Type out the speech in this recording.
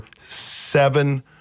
seven